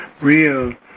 real